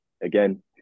again